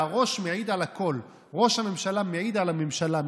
והראש מעיד על הכול: ראש הממשלה מעיד על הממשלה,